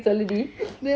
okay சொல்லு டீ:chollu dee